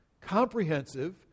comprehensive